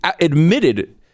admitted